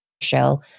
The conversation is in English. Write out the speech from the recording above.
show